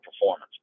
performance